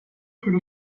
det